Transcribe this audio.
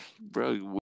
bro